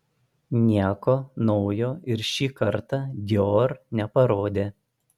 nieko naujo ir šį kartą dior neparodė